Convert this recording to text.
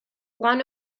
one